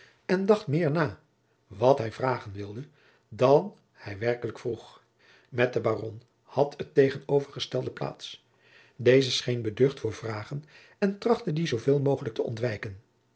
en dacht meer na wat hij vragen wilde dan hij werkelijk vroeg met den baron had het tegenovergestelde plaats deze scheen beducht voor vragen en trachtte die zoo veel mogelijk te ontwijken